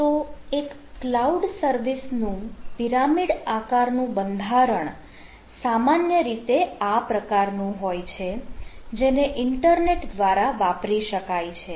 તો એક cloud service નું પિરામિડ આકાર નું બંધારણ સામાન્ય રીતે આ પ્રકારનું હોય છે જેને ઇન્ટરનેટ દ્વારા વાપરી શકાય છે